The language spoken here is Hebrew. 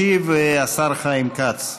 ישיב השר חיים כץ.